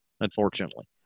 unfortunately